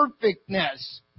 perfectness